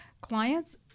clients